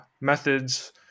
methods